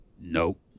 Nope